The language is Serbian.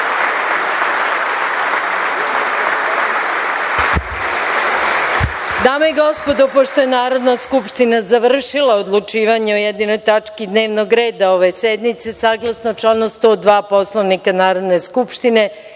i gospodo, pošto je Narodna skupština završila odlučivanje o jedinoj tački dnevnog reda ove sednice, saglasno članu 102. Poslovnika Narodne skupštine,